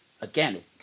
again